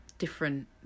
Different